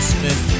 Smith